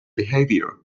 behavior